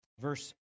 Verse